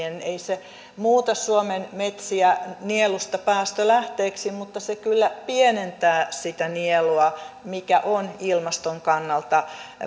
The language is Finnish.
ei muuta suomen metsiä nielusta päästölähteeksi mutta se kyllä pienentää sitä nielua mikä on ilmaston kannalta